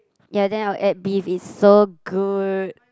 ya then I'll add beef is so good